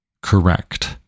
correct